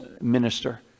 minister